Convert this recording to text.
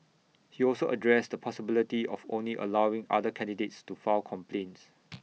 he also addressed the possibility of only allowing other candidates to file complaints